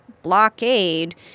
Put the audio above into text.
blockade